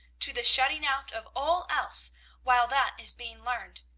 to the shutting out of all else while that is being learned.